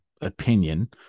opinion